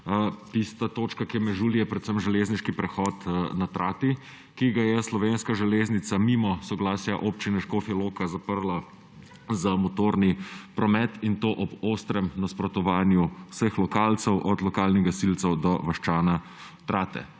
tista točka, ki me žuli, je predvsem železniški prehod na Trati, ki ga je Slovenska železnica mimo soglasja Občine Škofja Loka zaprla za motorni promet in to ob ostrem nasprotovanju vseh lokalcev – od lokalnih gasilcev do vaščana Trate.